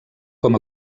com